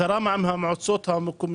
משרד הפנים זרם עם המועצות המקומיות.